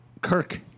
Kirk